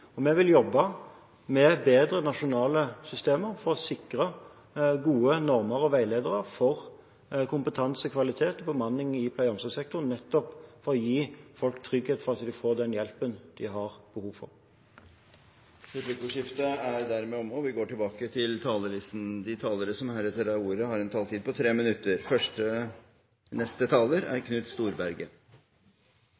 kommunene. Vi vil jobbe med bedre nasjonale systemer for å sikre gode normer og veiledere for kompetanse, kvalitet og bemanning i pleie- og omsorgssektoren, nettopp for å gi folk trygghet for at de skal få den hjelpen de har behov for. Replikkordskiftet er omme. De talere som heretter får ordet, har en taletid på inntil 3 minutter.